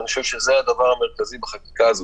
ואני חושב שזה הדבר המרכזי בחקיקה הזאת.